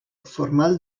formal